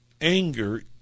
anger